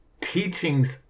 teachings